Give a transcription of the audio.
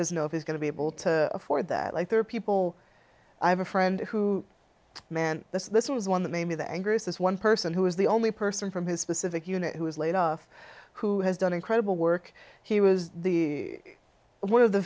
doesn't know if he's going to be able to afford that like there are people i have a friend who man this was one that maybe the angriest is one person who is the only person from his specific unit who is laid off who has done incredible work he was the one of the